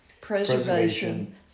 preservation